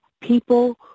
people